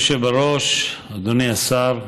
אדוני היושב-ראש, אדוני השר,